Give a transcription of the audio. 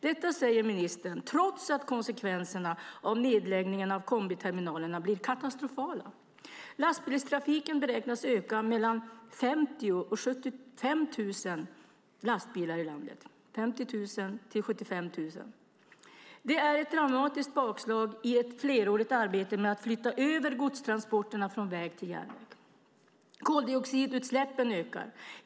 Detta säger ministern trots att konsekvenserna av nedläggningen av kombiterminalerna blir katastrofala. Lastbilstrafiken beräknas öka med mellan 50 000 och 75 000 lastbilar i landet. Det är ett dramatiskt bakslag i ett flerårigt arbete med att flytta över godstransporterna från väg till järnväg. Koldioxidutsläppen ökar.